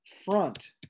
Front